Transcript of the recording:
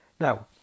Now